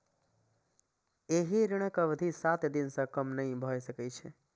एहि ऋणक अवधि सात दिन सं कम नहि भए सकै छै